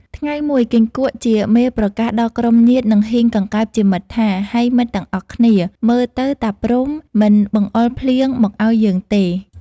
ថ្ងៃមួយគីង្គក់ ជាមេប្រកាសដល់ក្រុមញាតិ និងហ៊ីងកង្កែបជាមិត្តថា “ ហៃមិត្តទាំងអស់គ្នា! មើលទៅតាព្រហ្មមិនបង្អុរភ្លៀងមកឱ្យយើងទេ។